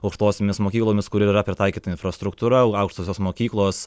aukštosiomis mokyklomis kur yra pritaikyta infrastruktūra aukštosios mokyklos